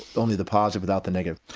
only the positive, without the negative.